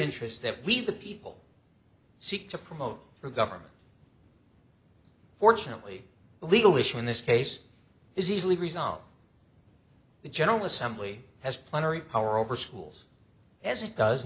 interests that we the people seek to promote for government fortunately a legal issue in this case is easily resolved the general assembly has plenary power over schools as it does